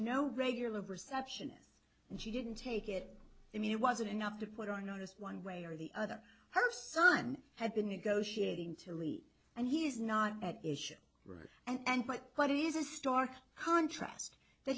no regular perception and she didn't take it i mean it wasn't enough to put on notice one way or the other her son had been negotiating to leave and he is not at issue right and but what is a stark contrast